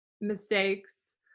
mistakes